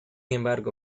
embargo